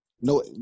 No